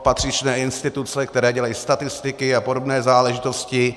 Patřičné instituce, které dělají statistiky a podobné záležitosti.